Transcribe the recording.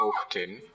often